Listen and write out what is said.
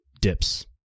dips